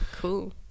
Cool